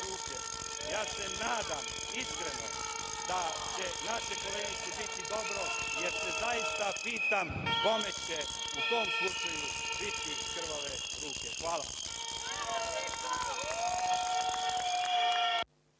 ja se nadam iskreno da će našoj koleginici biti dobro, jer se zaista pitam kome će u tom slučaju biti krvave ruke. Hvala.